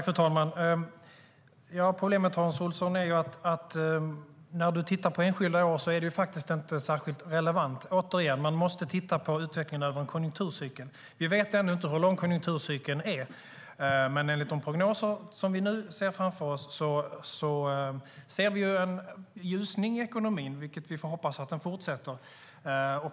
Fru talman! Problemet, Hans Olsson, är att det inte är särskilt relevant att titta på enskilda år. Återigen: Man måste titta på utvecklingen över en konjunkturcykel. Vi vet ännu inte hur lång konjunkturcykeln är, men enligt de prognoser som vi nu ser framför oss ser vi en ljusning i ekonomin. Vi får hoppas att den fortsätter.